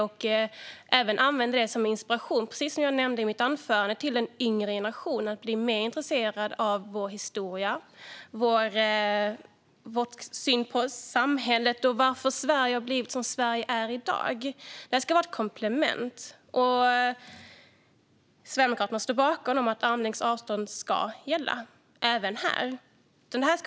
Den kan inspirera den yngre generationen att bli mer intresserad av vår historia, vår syn på samhället och varför Sverige har blivit som Sverige är i dag. Det ska vara ett komplement. Sverigedemokraterna står bakom att armlängds avstånd ska gälla, även här.